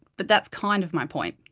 but that's kind of my point.